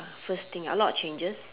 first thing a lot of changes